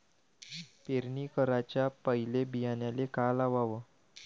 पेरणी कराच्या पयले बियान्याले का लावाव?